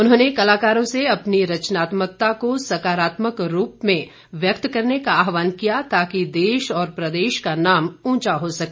उन्होंने कलाकारों से अपनी रचनात्मकता को सकारात्मक रूप में व्यक्त करने का आहवान किया ताकि देश और प्रदेश का नाम उंचा हो सके